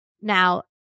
now